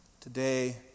today